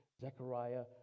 Zechariah